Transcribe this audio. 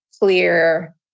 clear